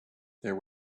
there